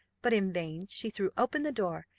but in vain, she threw open the door,